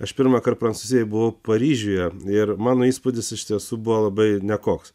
aš pirmąkart prancūzijoj buvau paryžiuje ir mano įspūdis iš tiesų buvo labai nekoks